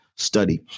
Study